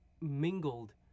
mingled